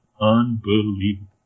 Unbelievable